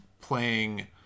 playing